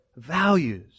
values